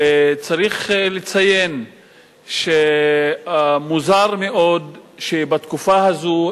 וצריך לציין שמוזר מאוד שבתקופה הזאת,